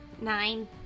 Nine